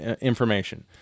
information